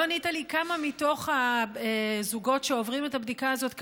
לא ענית לי מתוך הזוגות שעוברים את הבדיקה הזאת,